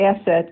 asset